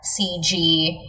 CG